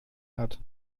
hat